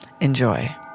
Enjoy